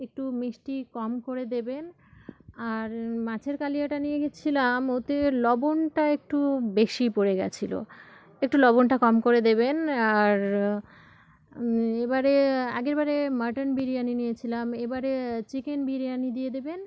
একটু মিষ্টি কম করে দেবেন আর মাছের কালিয়াটা নিয়ে গিয়েছিলাম ওতে লবণটা একটু বেশি পড়ে গিয়েছিল একটু লবণটা কম করে দেবেন আর এবারে আগের বারে মাটন বিরিয়ানি নিয়েছিলাম এবারে চিকেন বিরিয়ানি দিয়ে দেবেন